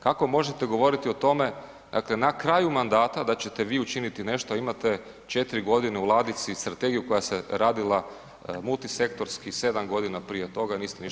Kako možete govoriti o tome, dakle na kraju mandata da ćete vi učiniti nešto, imate 4 godine u ladici strategiju koja se radi multisektorski 7 godina prije toga, niste ništa poduzeli.